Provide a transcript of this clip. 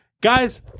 Guys